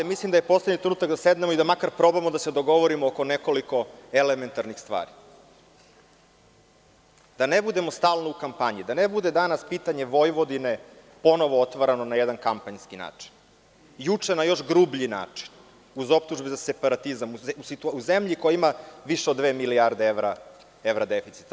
Mislim da je poslednji trenutak da sednemo i da makar probamo da se dogovorimo oko nekoliko elementarnih stvari, da ne budemo stalno u kampanji, da ne bude danas pitanje Vojvodine ponovo otvarano na jedan kampanjski način, juče na još grublji način, uz optužbe za separatizam u zemlji koja ima više od dve milijarde evra deficita.